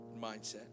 mindset